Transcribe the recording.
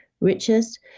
richest